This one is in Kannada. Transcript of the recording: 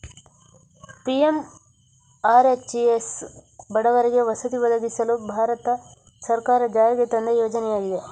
ಪಿ.ಎಂ.ಆರ್.ಹೆಚ್.ಎಸ್ ಬಡವರಿಗೆ ವಸತಿ ಒದಗಿಸಲು ಭಾರತ ಸರ್ಕಾರ ಜಾರಿಗೆ ತಂದ ಯೋಜನೆಯಾಗಿದೆ